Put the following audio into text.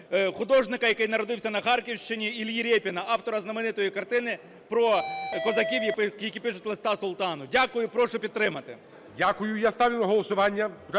художника, який народився на Харківщині, Іллі Рєпіна, автора знаменитої картини про козаків, які пишуть листа султану. Дякую і прошу підтримати. ГОЛОВУЮЧИЙ. Дякую. Я ставлю на голосування